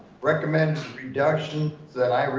recommend reduction that i